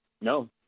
No